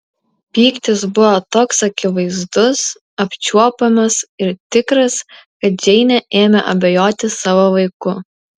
pyktis buvo toks akivaizdus apčiuopiamas ir tikras kad džeinė ėmė abejoti savo vaiku